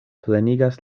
plenigas